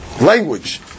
language